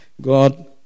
God